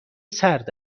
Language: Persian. سرد